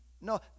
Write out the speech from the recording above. No